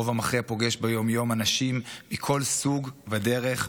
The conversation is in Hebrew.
הרוב המכריע פוגש ביום-יום אנשים מכל סוג ודרך,